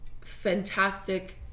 fantastic